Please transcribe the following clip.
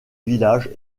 village